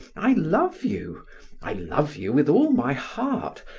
i love you i love you with all my heart,